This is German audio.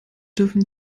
dürfen